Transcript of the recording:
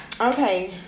Okay